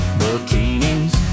bikinis